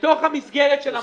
בתוך המסגרת של המורשים,